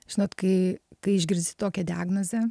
žinot kai kai išgirsti tokią diagnozę